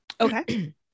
Okay